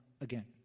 again